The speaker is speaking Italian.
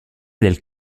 del